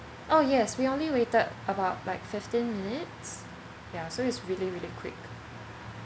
oh yes we only waited about like fifteen minutes yeah so it is really quick